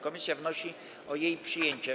Komisja wnosi o jej przyjęcie.